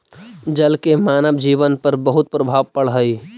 जल के मानव जीवन पर बहुत प्रभाव पड़ऽ हई